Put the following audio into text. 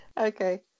Okay